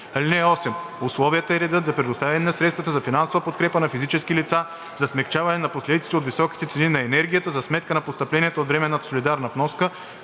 (8) Условията и редът за предоставяне на средства за финансова подкрепа на физически лица за смекчаване на последиците от високите цени на енергията за сметка на постъпленията от временната солидарна вноска,